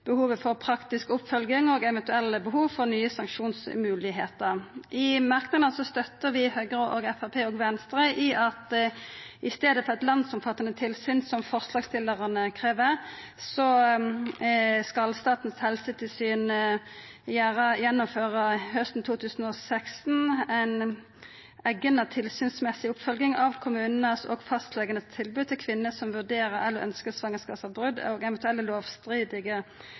behovet for praktisk oppfølging og eventuelle behov for nye sanksjonsmoglegheiter. I merknadene støttar vi Høgre, Framstegspartiet og Venstre i at i staden for eit landsomfattande tilsyn, som forslagsstillarane krev, skal Statens helsetilsyn gjennomføra hausten 2016 ei eigna tilsynsmessig oppfølging av kommunanes og fastleganes tilbod til kvinner som vurderer eller ønskjer svangerskapsavbrot, og